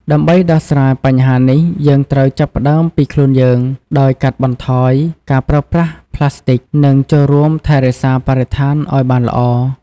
ដើម្បីដោះស្រាយបញ្ហានេះ យើងត្រូវចាប់ផ្តើមពីខ្លួនយើង ដោយកាត់បន្ថយការប្រើប្រាស់ប្លាស្ទិក និងចូលរួមថែរក្សាបរិស្ថានឱ្យបានល្អ។